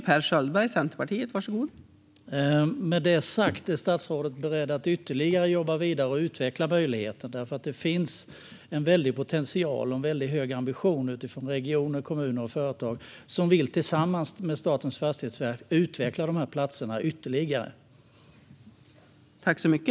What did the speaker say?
Fru talman! Med detta sagt, är statsrådet beredd att jobba vidare och ytterligare utveckla möjligheten? Det finns nämligen en väldig potential och en väldigt hög ambition i regioner, kommuner och företag, som tillsammans med Statens fastighetsverk vill utveckla dessa platser ytterligare.